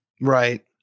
Right